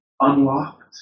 unlocked